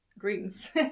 Dreams